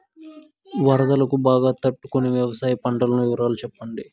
వరదలకు బాగా తట్టు కొనే వ్యవసాయ పంటల వివరాలు చెప్పండి?